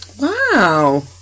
wow